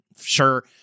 sure